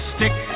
Stick